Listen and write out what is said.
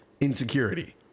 insecurity